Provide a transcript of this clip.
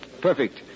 Perfect